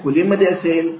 खेळ खोलीमध्ये असेल